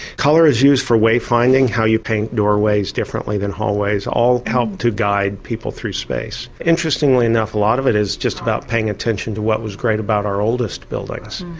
colour is used for way-finding, how you paint doorways differently than hallways, all help to guide people through space. interestingly enough a lot of it is just about paying attention to what was great about our oldest buildings.